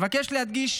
אבקש להדגיש